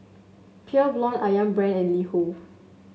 Pure Blonde ayam Brand and LiHo